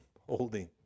holding